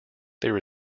there